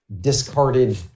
discarded